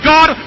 God